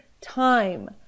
time